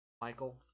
michael